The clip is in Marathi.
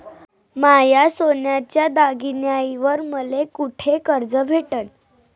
माया सोन्याच्या दागिन्यांइवर मले कुठे कर्ज भेटन?